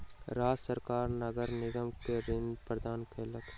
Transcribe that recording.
राज्य सरकार नगर निगम के ऋण प्रदान केलक